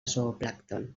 zooplàncton